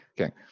Okay